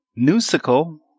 musical